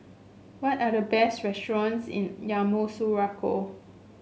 what are the best restaurants in Yamoussoukro